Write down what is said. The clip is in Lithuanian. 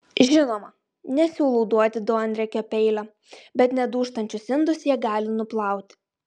žinoma nesiūlau duoti duonriekio peilio bet nedūžtančius indus jie gali nuplauti